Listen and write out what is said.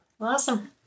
Awesome